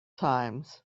times